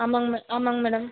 ஆமாங்க மேம் ஆமாங்க மேடம்